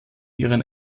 ihren